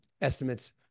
estimates